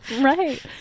Right